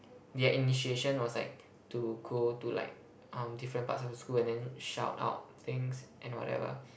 their initiation was like to go to like um different parts of the school and then shout out things and whatever